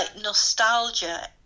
nostalgia